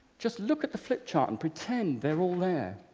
just look at the flip chart and pretend they're all there.